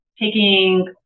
taking